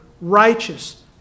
righteous